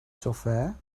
software